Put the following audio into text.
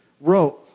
wrote